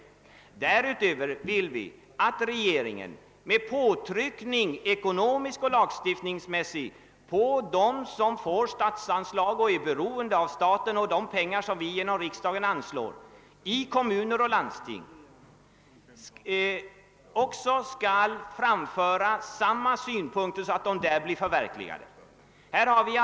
Vidare vill vi att regeringen genom ekonomiska och lagstiftningsmässiga påtryckningar på dem som är beroende av statsanslag som riksdagen beviljar, kommuner och landsting, skall se till att samma önskemål blir förverkligade också på andra håll.